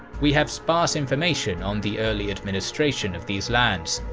we have sparse information on the early administration of these lands.